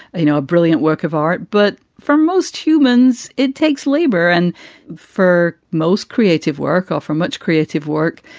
you know, a brilliant work of art. but for most humans, it takes labor and for most creative work. ah for much creative work,